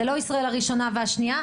זה לא ישראל הראשונה והשנייה.